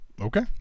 Okay